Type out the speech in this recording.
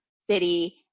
city